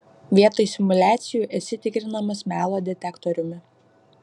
vietoj simuliacijų esi tikrinamas melo detektoriumi